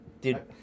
dude